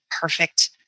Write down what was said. perfect